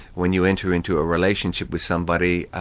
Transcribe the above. when you enter into a relationship with somebody,